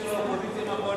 של האופוזיציה מהקואליציה.